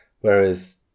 whereas